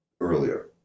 earlier